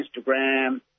Instagram